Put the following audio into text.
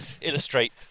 illustrate